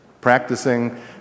practicing